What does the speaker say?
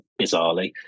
bizarrely